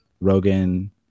Rogan